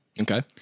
Okay